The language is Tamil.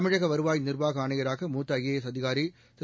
தமிழக வருவாய் நிர்வாக ஆணையராக மூத்த ஐஏஎஸ் அதிகாரி திரு